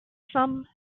some